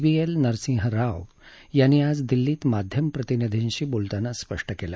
V L Narasimha Rao यांनी आज दिल्लीत माध्यम प्रतिनिंधीशी बोलताना स्पष्ट केलं